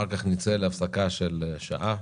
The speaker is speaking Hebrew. אחר כך נצא להפסקה של שעה,